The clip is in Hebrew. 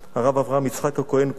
הרב אברהם יצחק הכהן קוק,